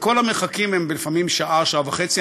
וכל המרחקים הם לפעמים שעה, שעה וחצי.